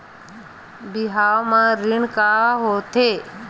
बिहाव म ऋण का होथे?